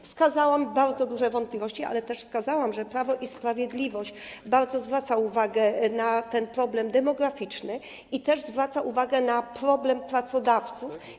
Wskazałam na bardzo duże wątpliwości, ale też wskazałam, że Prawo i Sprawiedliwość bardzo zwraca uwagę na problem demograficzny i zwraca uwagę na problem pracodawców.